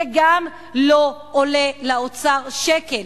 זה גם לא עולה לאוצר שקל,